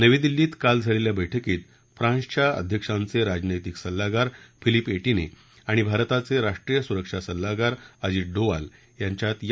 नवी दिल्लीत काल झालेल्य बैठकीत फ्रान्सच्या अध्यक्षांचे राजनैतिक सल्लागार फिलिप एटीने आणि भारताचे राष्ट्रीय सुरक्षा सल्लागार अजित डोवाल यांच्यात यावावत चर्चा झाली